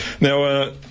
Now